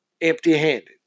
empty-handed